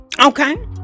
Okay